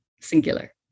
singular